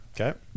Okay